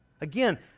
Again